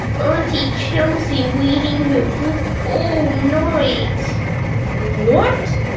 auntie chelsea reading her book all night what?